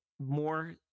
more